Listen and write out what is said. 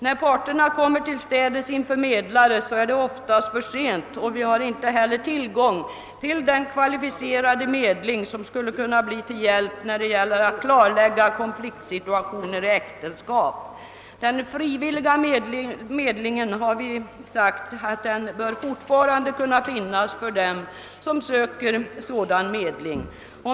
När parterna kommer tillstädes inför medlare är det oftast för sent, och vi har inte heller tillgång till den kvalificerade medling som skulle kunna bli till hjälp när det gäller att klarlägga konfliktsituationer ' i äktenskap. Den frivilliga medlingen har vi sagt bör fortfarande kunna finnas för dem som vill söka sådan medling.